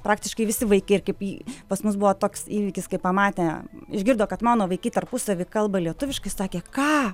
praktiškai visi vaikai ir kaip į pas mus buvo toks įvykis kai pamatė išgirdo kad mano vaikai tarpusavy kalba lietuviškai sakė ką